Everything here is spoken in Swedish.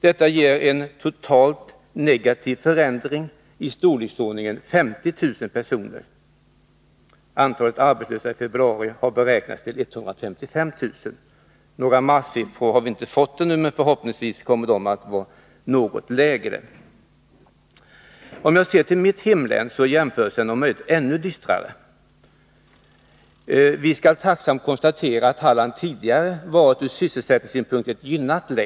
Detta ger en total negativ förändring i storleksordningen 50 000 personer. Antalet arbetslösa i februari har beräknats till 155 000. Några marssiffror har vi inte fått ännu, men förhoppningsvis kommer dessa att vara något lägre. Om jag ser till mitt eget hemlän, så blir jämförelserna om möjligt ännu dystrare. Vi skall tacksamt konstatera att Halland ur sysselsättningssynpunkt tidigare varit ett gynnat län.